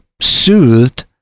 Soothed